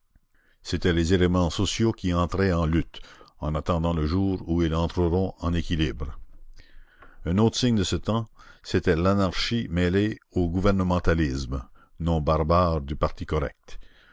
c'étaient les éléments sociaux qui entraient en lutte en attendant le jour où ils entreront en équilibre un autre signe de ce temps c'était l'anarchie mêlée au gouvernementalisme